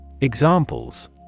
Examples